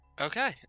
Okay